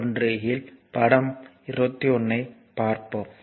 21 யில் படம் 21 ஐ பார்ப்போம்